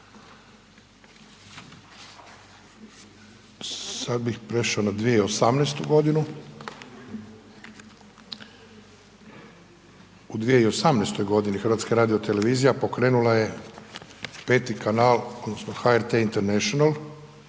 Sada bih prešao na 2018. godinu. U 2018. HRT-a pokrenula je peti kanal odnosno HRT International